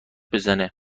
بزنه